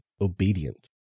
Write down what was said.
obedient